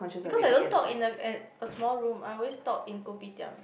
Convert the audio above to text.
because I don't talk in a in a small room I always talk in kopitiam